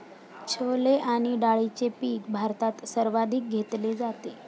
छोले आणि डाळीचे पीक भारतात सर्वाधिक घेतले जाते